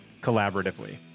collaboratively